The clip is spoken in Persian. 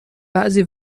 بعضی